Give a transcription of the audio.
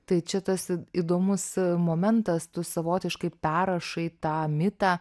tai čia tas įdomus momentas tu savotiškai perrašai tą mitą